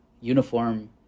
uniform